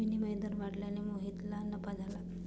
विनिमय दर वाढल्याने मोहितला नफा झाला